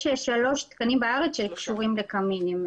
יש שלושה תקנים בארץ שקשורים לקמינים.